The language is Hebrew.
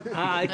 לא יקרה.